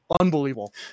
Unbelievable